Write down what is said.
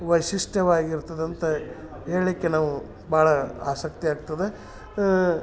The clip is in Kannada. ವೈಶಿಷ್ಟ್ಯವಾಗಿರ್ತದಂಥ ಹೇಳ್ಳಿಕ್ಕೆ ನಾವು ಭಾಳ ಆಸಕ್ತಿ ಆಗ್ತದೆ